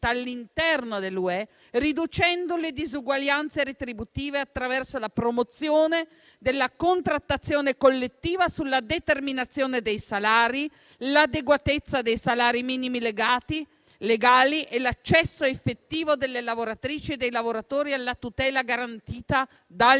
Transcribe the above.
all'interno dell'UE, riducendo le disuguaglianze retributive attraverso la promozione della contrattazione collettiva sulla determinazione dei salari, l'adeguatezza dei salari minimi legali e l'accesso effettivo delle lavoratrici e dei lavoratori alla tutela garantita dal